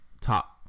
top